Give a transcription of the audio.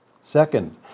Second